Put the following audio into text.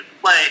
play